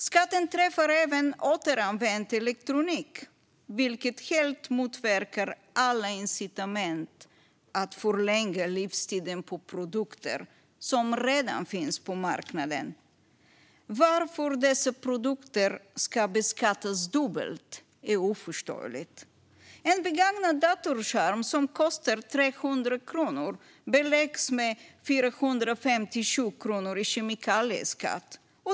Skatten träffar även återanvänd elektronik, vilket helt motverkar alla incitament att förlänga livslängden på produkter som redan finns på marknaden. Varför dessa produkter ska beskattas dubbelt är oförståeligt. En begagnad datorskärm som kostar 300 kronor beläggs med 451 kronor i kemikalieskatt.